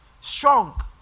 strong